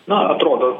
na atrodo